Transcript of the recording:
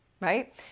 right